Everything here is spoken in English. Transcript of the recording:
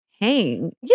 hang